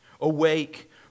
awake